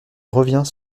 revient